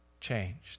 changed